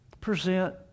present